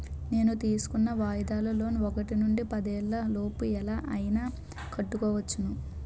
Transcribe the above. నేను తీసుకున్న వాయిదాల లోన్ ఒకటి నుండి పదేళ్ళ లోపు ఎలా అయినా కట్టుకోవచ్చును